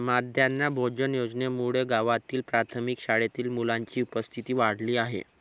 माध्यान्ह भोजन योजनेमुळे गावातील प्राथमिक शाळेत मुलांची उपस्थिती वाढली आहे